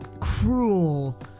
cruel